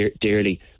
dearly